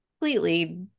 completely